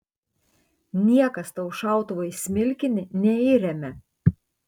niekas tau šautuvo į smilkinį neįremia